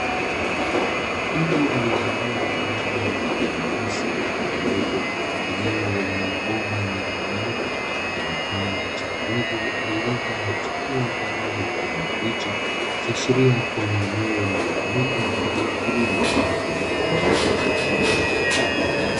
Mtu alievalia fulana yenye rangi nyeusi aliepo katika eneo lenye mabomba ya rangi nyeupe, yaliopandwa miche kidigo ilioota na kuchepua kwa rangi ya kijani kibichi ikiashiria kua ni eneo linalotumika kwaajili ya kilimo cha haidroponi.